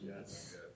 Yes